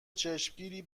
چشمگیری